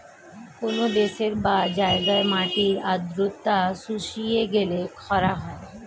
কোন দেশের বা জায়গার মাটির আর্দ্রতা শুষিয়ে গেলে খরা হয়